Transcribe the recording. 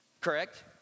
Correct